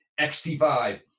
XT5